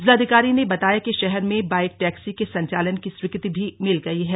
जिलाधिकारी ने बताया कि शहर में बाइक टैक्सी के संचालन की स्वीकृति भी मिल गई है